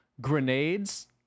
grenades